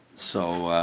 so